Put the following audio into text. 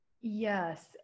Yes